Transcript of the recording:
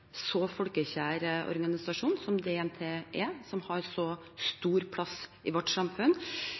så folkekjær organisasjon som DNT er, som har så stor plass i vårt samfunn,